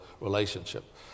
relationship